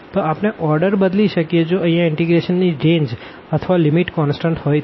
તો આપણે ઓર્ડર બદલી શકીએ જો અહીંયા ઇન્ટીગ્રેશન ની રેન્જ અથવા લિમિટ કોન્સટન્ટ હોઈ તો